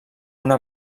una